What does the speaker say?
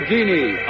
Genie